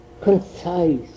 concise